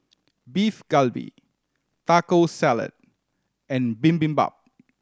Beef Galbi Taco Salad and Bibimbap